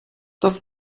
das